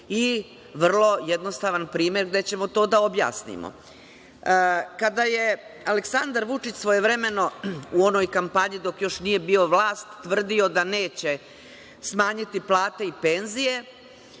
vrlo jednostavan primer, gde ćemo to da objasnimo. Kada je Aleksandar Vučić svojevremeno u onoj kampanji dok još nije bio vlast tvrdio da neće smanjiti plate i penzije,